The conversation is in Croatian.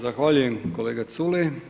Zahvaljujem kolega Culej.